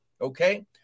okay